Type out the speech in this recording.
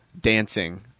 dancing